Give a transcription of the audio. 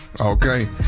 Okay